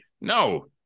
no